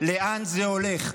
לאן זה הולך,